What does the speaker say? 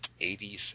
80s